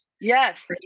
Yes